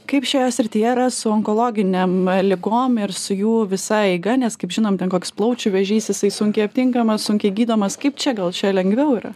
kaip šioje srityje yra su onkologinėm ligom ir su jų visa eiga nes kaip žinom ten koks plaučių vėžys jisai sunkiai aptinkamas sunkiai gydomas kaip čia gal čia lengviau yra